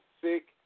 sick